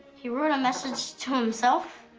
he wrote a message to himself?